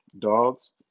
Dogs